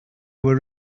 were